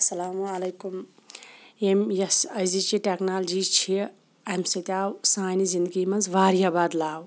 اَسَلامُ علیکُم ییٚمہِ یۄس أزٕچۍ یہِ ٹٮ۪کنالجی چھِ اَمہِ سۭتۍ آو سانہِ زندگی منٛز واریاہ بدلاو